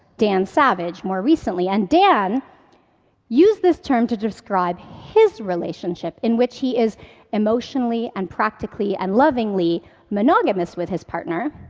dan savage, more recently. and dan used this term to describe his relationship in which he is emotionally, and practically, and lovingly monogamous with his partner,